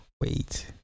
Wait